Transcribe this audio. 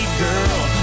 girl